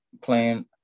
playing